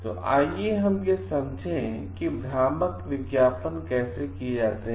तो आइये हम समझें कि भ्रामक विज्ञापन कैसे किए जाते हैं